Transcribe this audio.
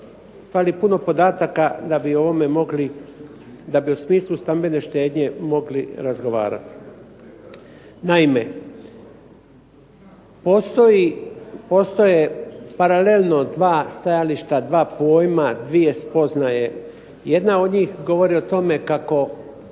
ovome mogli, da bi o smislu stambene štednje mogli razgovarati. Naime, postoje paralelno dva stajališta, dva pojma, dvije spoznaje. Jedna od njih govori o tome kako